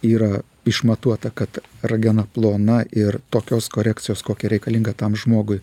yra išmatuota kad ragena plona ir tokios korekcijos kokia reikalinga tam žmogui